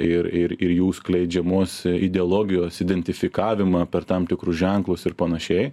ir ir jų skleidžiamos ideologijos identifikavimą per tam tikrus ženklus ir panašiai